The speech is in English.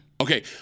Okay